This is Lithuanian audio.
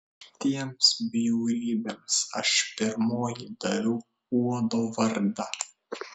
tiems bjaurybėms aš pirmoji daviau uodo vardą